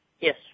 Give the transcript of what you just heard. Yes